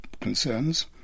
concerns